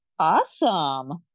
awesome